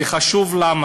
ולמה